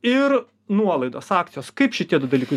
ir nuolaidos akcijos kaip šitie du dalykai